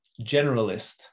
generalist